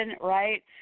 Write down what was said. right